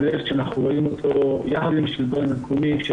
יחד עם השלטון המקומי,